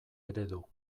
eredu